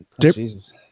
jesus